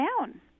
down